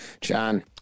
John